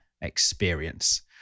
experience